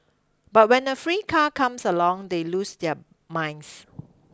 but when a free car comes along they lose their minds